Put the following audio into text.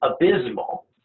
abysmal